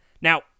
Now